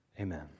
amen